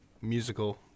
musical